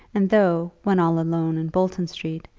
and though, when all alone in bolton street,